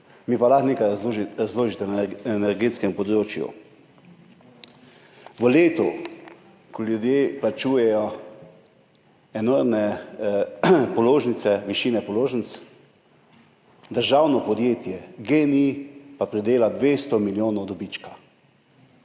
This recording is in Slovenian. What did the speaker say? mi pa lahko nekaj razložite na energetskem področju. V letu, ko ljudje plačujejo enormne višine položnic, državno podjetje GEN-I pa pridela 200 milijonov dobička,